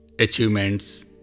achievements